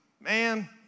man